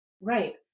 right